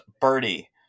Birdie